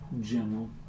General